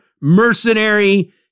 mercenary